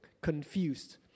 confused